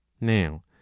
Now